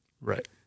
Right